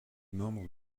membre